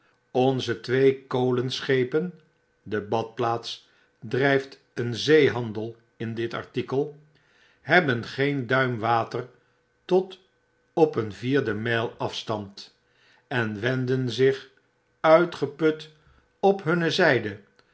onze twee kolenschepen de badplaats drijft een zeehandel in dit artikel hebben geen duim water tot op een vierde myl afstand en wenden zich uitgeput op hunne zyde